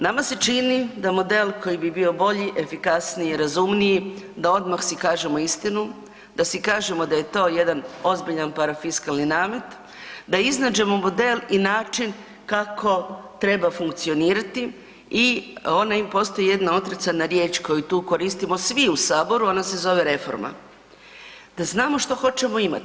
Nama se čini da model koji bi bio bolji, efikasniji i razumniji da odmah si kažemo istinu, da si kažemo da je to jedan ozbiljan parafiskalni namet, da iznađemo model i način kako treba funkcionirati i onaj, postoji jedna otrcana riječ koju tu koristimo svi u saboru, a ona se zove reforma, da znamo što hoćemo imati.